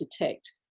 detect